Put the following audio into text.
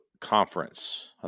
Conference